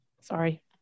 Sorry